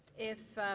if